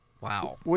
Wow